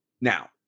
now